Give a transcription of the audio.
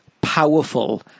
powerful